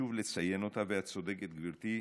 חשוב לציין אותה, ואת צודקת, גברתי,